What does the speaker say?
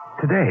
Today